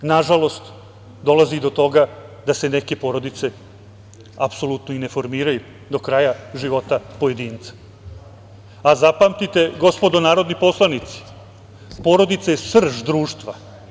Nažalost, dolazi i do toga da se neke porodice apsolutno i ne formiraju do kraja života pojedinca, a zapamtite gospodo narodni poslanici, porodica je srž društva.